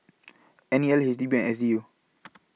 N E L HDB and SDU